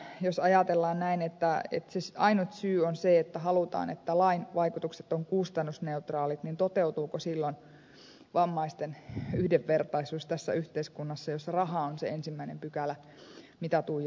jos ajatellaan näin että ainut syy on se että halutaan että lain vaikutukset ovat kustannusneutraalit niin toteutuuko silloin vammaisten yhdenvertaisuus tässä yhteiskunnassa jossa raha on se ensimmäinen pykälä mitä tuijotetaan